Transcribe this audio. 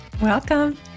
Welcome